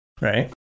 Right